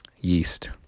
yeast